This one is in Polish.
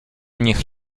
niech